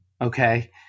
Okay